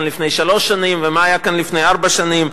לפני שלוש שנים ומה היה כאן לפני ארבע שנים,